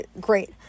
great